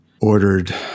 ordered